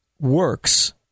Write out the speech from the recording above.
works